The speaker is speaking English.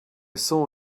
saw